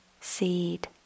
seed